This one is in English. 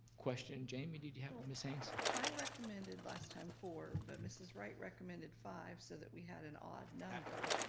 question, jamie, did you have, miss haynes? i recommended last time four, but mrs. wright recommended five so that we had an odd number.